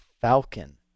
Falcon